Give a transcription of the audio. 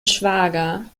schwager